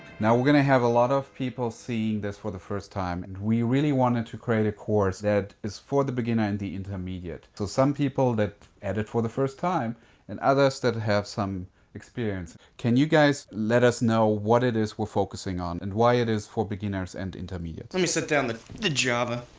now, we're gonna have a lot people seeing this for the first time, and we really wanted to create a course that is for the beginner and the intermediate. so, some people that edit for the first time and others that have some experience. can you guys let us know what it is we're focusing on, and why it is for beginners and intermediates. let me sit down the the java.